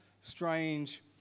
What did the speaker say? strange